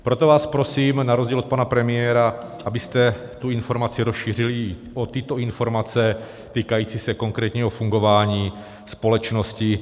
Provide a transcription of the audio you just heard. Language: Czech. Proto vás prosím, na rozdíl od pana premiéra, abyste tu informaci rozšířili i o tyto informace týkající se konkrétního fungování společnosti.